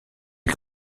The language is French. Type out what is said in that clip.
des